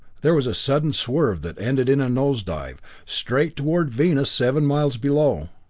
there was a sudden swerve that ended in a nose dive, straight toward venus seven miles below.